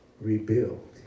Rebuild